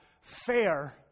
fair